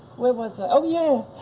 where was i, oh yeah!